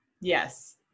Yes